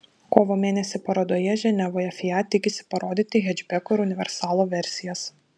kovo mėnesį parodoje ženevoje fiat tikisi parodyti hečbeko ir universalo versijas